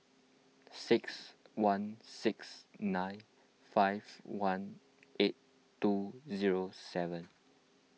six one six nine five one eight two zero seven